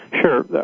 Sure